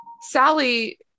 sally